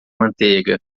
manteiga